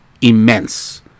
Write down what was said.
immense